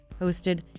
hosted